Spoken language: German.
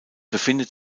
befindet